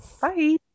Bye